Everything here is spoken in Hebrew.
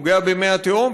פוגע במי התהום,